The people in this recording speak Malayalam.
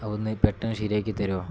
അത് ഒന്ന് പെട്ടെന്ന് ശരിയാക്കി തരുമോ